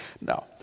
No